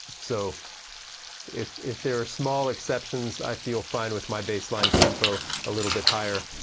so if if there are small exceptions i feel fine with my baseline tempo a little bit higher.